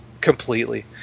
Completely